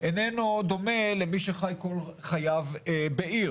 איננו דומה למי שחי כל חייו בעיר.